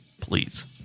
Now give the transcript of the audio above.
please